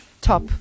Top